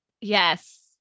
Yes